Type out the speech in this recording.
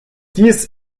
dies